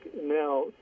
now